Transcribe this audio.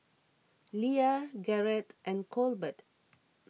Leia Garret and Colbert